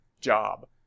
job